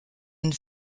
end